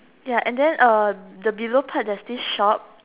ya and then uh the below part there's this shop